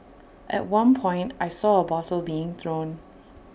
at one point I saw A bottle being thrown